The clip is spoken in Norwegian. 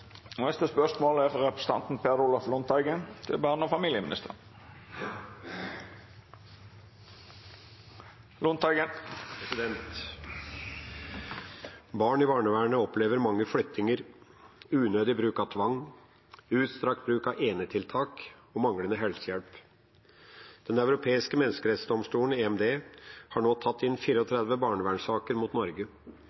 og det jeg forventer av kommunene når de gir tilbud til ungene. «Barn i barnevernet opplever mange flyttinger, unødig bruk av tvang, utstrakt bruk av enetiltak og manglende helsehjelp. Den europeiske menneskerettsdomstolen, EMD, har nå tatt inn